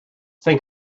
think